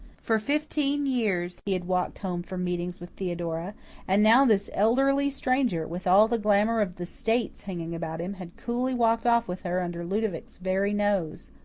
for fifteen years he had walked home from meetings with theodora and now this elderly stranger, with all the glamour of the states hanging about him, had coolly walked off with her under ludovic's very nose.